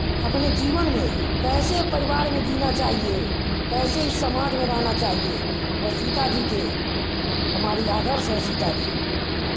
अपने जीवन में कैसे परिवार में जीना चाहिए कैसे इस समाज में रहना चाहिए वह सीता जी के हमारी आदर्श है सीता जी